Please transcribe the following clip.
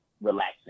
Relaxing